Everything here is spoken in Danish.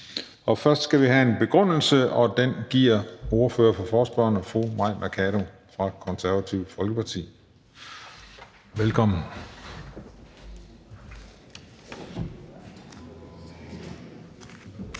Først skal vi have en begrundelse, og den giver ordføreren for forespørgerne, fru Mai Mercado fra Det Konservative Folkeparti. Velkommen.